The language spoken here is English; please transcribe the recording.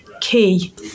key